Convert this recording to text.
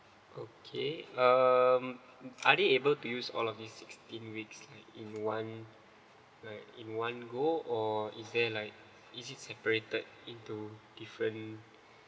okay um are they able to use all of this sixteen weeks like in one like in one go or is there like is it separated into different